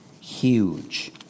huge